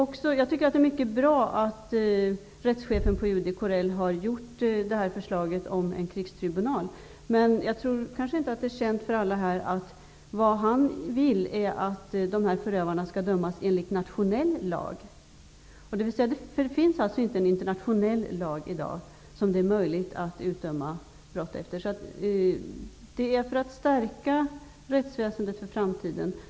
Jag tycker att det är mycket bra att rättschefen på Utrikesdepartementet Corell har kommit med förslaget om krigstribunal. Jag tror dock att det inte är känt för alla här att han vill att förövarna skall dömas enligt nationell lag. Det finns nämligen ingen internationell lag i dag som det är möjligt att döma detta brott efter. Mitt förslag har alltså tillkommit för att förstärka rättsväsendet i framtiden.